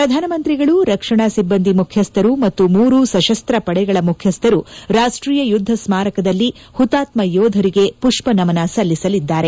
ಪ್ರಧಾನಮಂತ್ರಿಗಳು ರಕ್ಷಣಾ ಸಿಬ್ಲಂದಿ ಮುಖ್ಚಸ್ಟರು ಮತ್ತು ಮೂರು ಸಶಸ್ತಪಡೆಗಳ ಮುಖ್ಚಸ್ಟರು ರಾಷ್ಷೀಯ ಯುದ್ದ ಸ್ಥಾರಕದಲ್ಲಿ ಹುತಾತ್ನ ಯೋಧರಿಗೆ ಮಪ್ಷನಮನ ಸಲ್ಲಿಸಲಿದ್ದಾರೆ